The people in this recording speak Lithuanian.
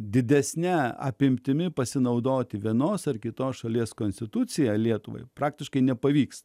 didesne apimtimi pasinaudoti vienos ar kitos šalies konstitucija lietuvai praktiškai nepavyks